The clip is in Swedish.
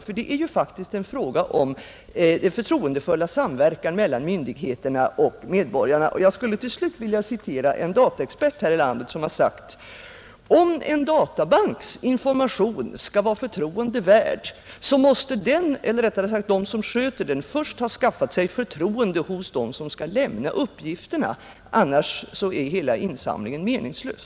För det är ju faktiskt en fråga om förtroendefull samverkan mellan myndigheterna och medborgarna. Jag skulle till slut vilja citera en dataexpert här i landet som har sagt: ”Om en databanks information skall vara förtroende värd, så måste den, eller rättare sagt de som sköter den, först ha skaffat sig förtroende hos dem som skall lämna uppgifterna. Annars så är hela insamlingen meningslös.”